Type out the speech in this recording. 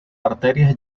arterias